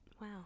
wow